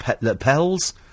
lapels